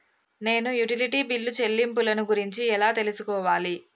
నేను utility bill చెల్లింపులను గురించి ఎలా తెలుసుకోవాలి?